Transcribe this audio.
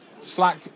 Slack